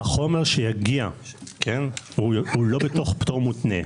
החומר שיגיע הוא לא בתוך פטור מותנה.